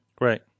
Right